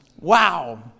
wow